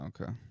Okay